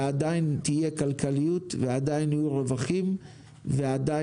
ועדיין תהיה כלכליות, ועדיין יהיו רווחים ועדיין